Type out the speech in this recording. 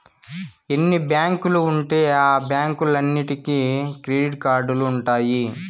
ఎన్ని బ్యాంకులు ఉంటే ఆ బ్యాంకులన్నీటికి క్రెడిట్ కార్డులు ఉంటాయి